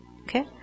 Okay